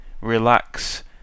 relax